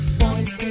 point